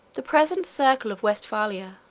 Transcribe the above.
the present circle of westphalia,